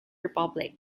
republic